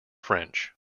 french